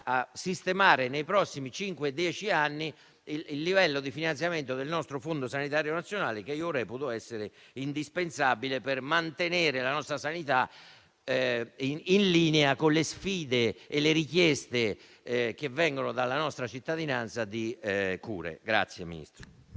a sistemare nei prossimi cinque-dieci anni il livello di finanziamento del nostro fondo sanitario nazionale che reputo essere indispensabile per mantenere la nostra sanità in linea con le sfide e le richieste di cure che vengono dalla nostra cittadinanza.